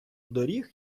доріг